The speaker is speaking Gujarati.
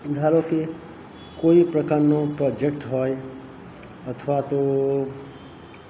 ધારો કે કોઈ પ્રકારનો પ્રોજેક્ટ હોય અથવા તો